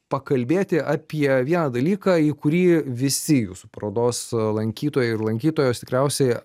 pakalbėti apie vieną dalyką į kurį visi jūsų parodos lankytojai ir lankytojos tikriausiai